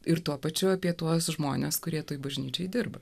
ir tuo pačiu apie tuos žmones kurie toje bažnyčioje dirba